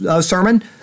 sermon